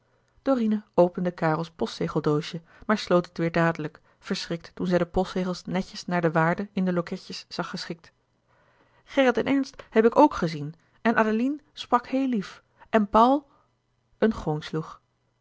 dorine opende karels postzegeldoosje maar sloot het weêr dadelijk verschrikt toen zij de postzegels netjes naar de waarde in de loketjes zag geschikt gerrit en ernst heb ik ook gezien en adeline sprak heel lief en paul een gong sloeg